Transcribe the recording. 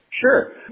Sure